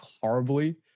horribly